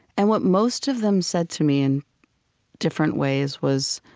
and what most of them said to me in different ways was,